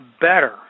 better